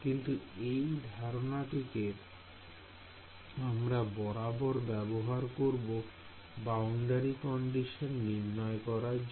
কিন্তু এই ধারণাটিকে আমরা বারবার ব্যবহার করব বাউন্ডারি কন্ডিশন নির্ণয় করার জন্য